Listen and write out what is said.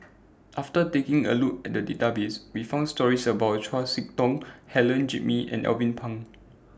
after taking A Look At The Database We found stories about Chau Sik Ting Helen Gilbey and Alvin Pang